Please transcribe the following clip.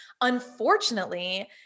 Unfortunately